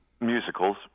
musicals